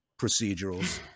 procedurals